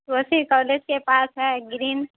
Kosi college کے پاس ہے گرین